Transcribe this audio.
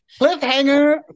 cliffhanger